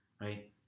right